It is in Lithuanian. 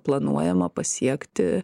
planuojama pasiekti